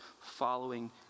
following